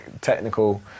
technical